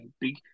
big